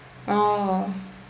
oh